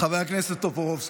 חבר הכנסת טופורובסקי.